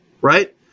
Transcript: right